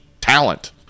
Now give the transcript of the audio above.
talent